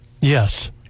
Yes